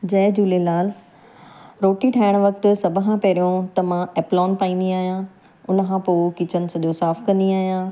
जय झूलेलाल रोटी ठाहिणु वक़्ति सभ खां पहिरियों त मां ऐप्लॉंग पाईंदी आहियां हुन खां पोइ किचन सॼो साफ़ु कंदी आहियां